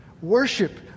worship